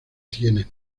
tienes